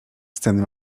sceny